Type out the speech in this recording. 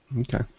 Okay